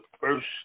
first